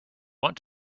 want